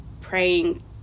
praying